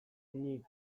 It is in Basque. nik